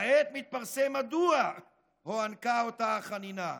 כעת מתפרסם מדוע הוענקה אותה החנינה: